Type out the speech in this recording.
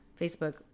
Facebook